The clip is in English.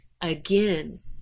Again